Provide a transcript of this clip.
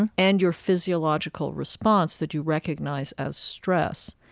and and your physiological response that you recognize as stress.